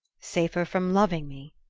safer from loving me?